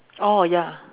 oh ya